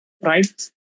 right